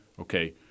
okay